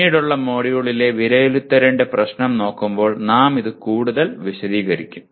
പിന്നീടുള്ള മൊഡ്യൂളിലെ വിലയിരുത്തലിന്റെ പ്രശ്നം നോക്കുമ്പോൾ നാം ഇത് കൂടുതൽ വിശദീകരിക്കും